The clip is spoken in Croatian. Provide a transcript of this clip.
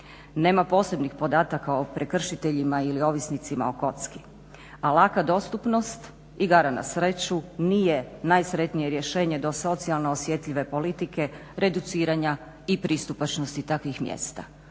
Nema posebnih podataka o prekršiteljima ili ovisnicima o kocki, a laka dostupnost igara na sreću nije najsretnije rješenje do socijalno osjetljive politike, reduciranja i pristupačnosti takvih mjesta.